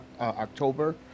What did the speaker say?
October